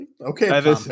Okay